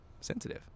sensitive